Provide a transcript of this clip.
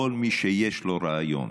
כל מי שיש לו רעיון,